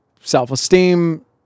self-esteem